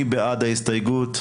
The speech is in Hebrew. מי בעד ההסתייגות?